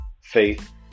faith